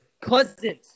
cousins